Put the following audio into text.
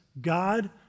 God